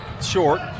short